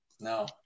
No